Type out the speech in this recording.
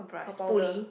for powder